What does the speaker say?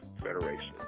federation